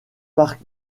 park